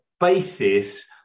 basis